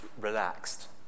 relaxed